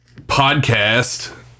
podcast